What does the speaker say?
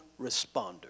responder